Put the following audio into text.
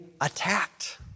attacked